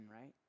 right